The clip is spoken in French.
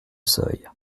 seuil